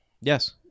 Yes